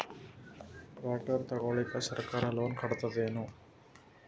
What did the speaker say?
Tractor ತಗೊಳಿಕ ಸರ್ಕಾರ loan ಕೊಡತದೇನು?